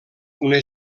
una